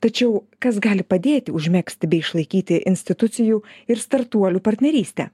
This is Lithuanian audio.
tačiau kas gali padėti užmegzti bei išlaikyti institucijų ir startuolių partnerystę